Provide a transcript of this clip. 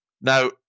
Now